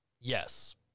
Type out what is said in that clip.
Yes